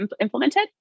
implemented